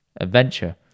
adventure